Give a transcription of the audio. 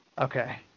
Okay